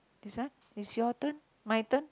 this one is your turn my turn